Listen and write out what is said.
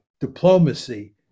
diplomacy